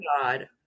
god